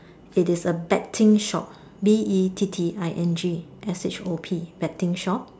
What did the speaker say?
it is a betting shop B E T T I N G S H O P betting shop